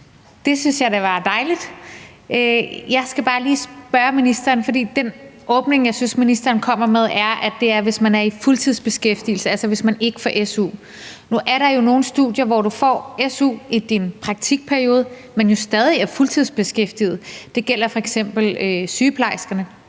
Det synes jeg da var dejligt. Jeg skal bare lige spørge ministeren, om den åbning, jeg synes ministeren kommer med, er, at det er, hvis man er i fuldtidsbeskæftigelse, altså hvis man ikke får su. Nu er der jo nogle studier, hvor du får su i din praktikperiode, men jo stadig er fuldtidsbeskæftiget. Det gælder f.eks. sygeplejersker.